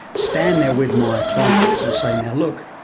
stand there with my clients and say, now look,